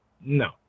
No